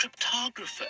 Cryptographer